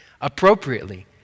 appropriately